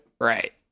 right